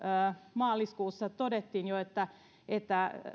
maaliskuussa todettiin jo että että